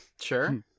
Sure